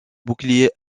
bouclier